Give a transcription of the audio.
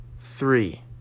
three